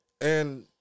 And-